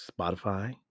Spotify